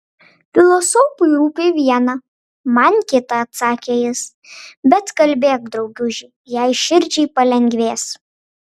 filosofui rūpi viena man kita atsakė jis bet kalbėk drauguži jei širdžiai palengvės